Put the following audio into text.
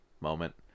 moment